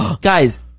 Guys